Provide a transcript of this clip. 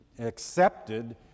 Accepted